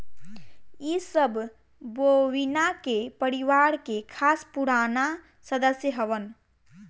इ सब बोविना के परिवार के खास पुराना सदस्य हवन